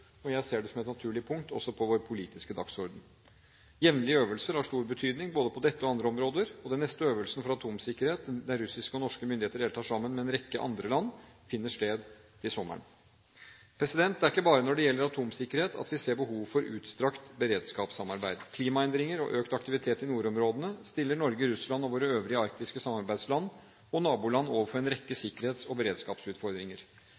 og jeg ser det som et naturlig punkt også på vår politiske dagsorden. Jevnlige øvelser har stor betydning både på dette og på andre områder. Den neste øvelsen for atomsikkerhet, der russiske og norske myndigheter deltar sammen med en rekke andre land, finner sted til sommeren. Det er ikke bare når det gjelder atomsikkerhet at vi ser behov for utstrakt beredskapssamarbeid. Klimaendringer og økt aktivitet i nordområdene stiller Norge, Russland og våre øvrige arktiske samarbeidsland og naboland overfor en rekke